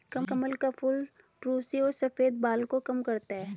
कमल का फूल रुसी और सफ़ेद बाल को कम करता है